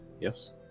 yes